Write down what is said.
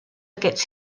aquests